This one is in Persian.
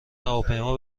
هواپیما